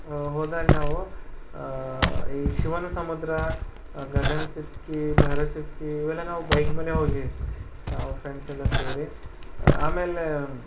ಹೋದಾಗ ನಾವು ಈ ಶಿವನಸಮುದ್ರ ಗಗನಚುಕ್ಕಿ ಭರಚುಕ್ಕಿ ಇವೆಲ್ಲ ನಾವು ಬೈಕ್ ಮೇಲೆ ಹೋಗಿ ನಾವು ಫ್ರೆಂಡ್ಸ್ ಎಲ್ಲ ಸೇರಿ ಆಮೇಲೆ